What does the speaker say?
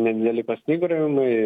nedideli pasnyguriavimai